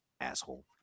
asshole